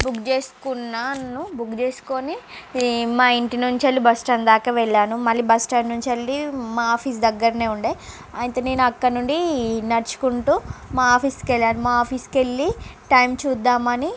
book చేసుకున్నాను book చేసుకొని ఈ మా ఇంటి నుంచి వెళ్లి బస్ స్టాండ్ దాకా వెళ్లాను మళ్ళీ బస్ స్టాండ్ కి నుంచి వెళ్లి మా ఆఫీస్ దగ్గరనే ఉండే అయితే నేను అక్కడి నుండి నడుచుకుంటూ మా ఆఫీస్ కు వెళ్ళాను మా ఆఫీస్ కు వెళ్ళి టైం చూద్దామని